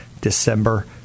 December